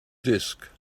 disk